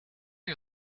you